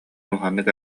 улаханнык